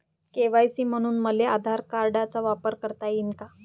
KYC म्हनून मले आधार कार्डाचा वापर करता येईन का?